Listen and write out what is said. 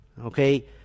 Okay